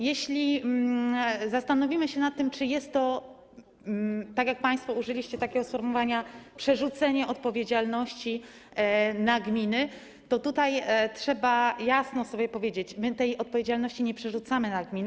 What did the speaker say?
Jeśli zastanowimy się nad tym, czy jest to, tak jak państwo użyliście takiego sformułowania, przerzucenie odpowiedzialności na gminy, to trzeba jasno powiedzieć: my tej odpowiedzialności nie przerzucamy na gminę.